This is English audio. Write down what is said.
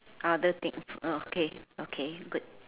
other things ah okay okay good